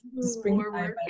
springtime